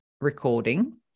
recording